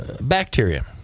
Bacteria